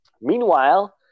meanwhile